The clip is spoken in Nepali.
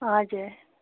हजुर